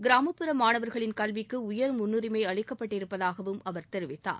கிராமப்புற மாணவர்களின் கல்விக்கு உயர் முன்னுரிமம அளிக்கப்பட்டிருப்பதாகவும் அவர் தெரிவித்தார்